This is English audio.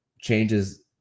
changes